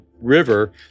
river